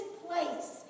place